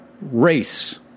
race